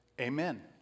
amen